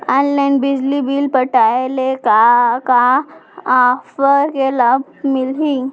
Online बिजली bill पटाय ले का का ऑफ़र के लाभ मिलही?